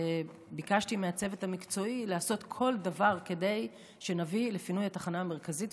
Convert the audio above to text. ביקשתי מהצוות המקצועי לעשות כל דבר כדי שנביא לפינוי התחנה המרכזית,